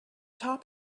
top